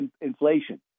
inflation